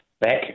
back